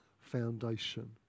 foundation